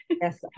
Yes